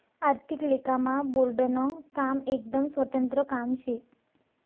आर्थिक लेखामा बोर्डनं काम एकदम स्वतंत्र काम शे